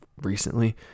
recently